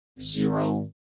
zero